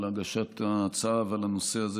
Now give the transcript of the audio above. על הגשת ההצעה ועל הנושא הזה,